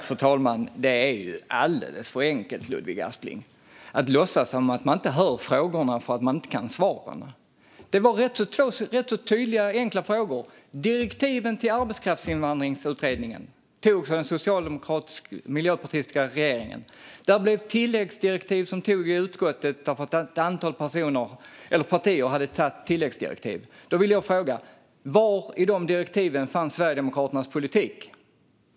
Fru talman! Det är alldeles för enkelt, Ludvig Aspling, att låtsas som att man inte hör frågorna för att man inte kan svaren. Det var två rätt tydliga och enkla frågor. Direktiven till arbetskraftsinvandringsutredningen togs av den socialdemokratiska och miljöpartistiska regeringen. Det blev tilläggsdirektiv från utskottet därför att ett antal partier lade fram förslag om ett utskottsinitiativ. Då vill jag fråga: Var i direktiven fanns Sverigedemokraternas politik?